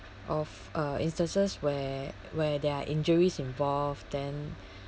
of uh instances where where there are injuries involved then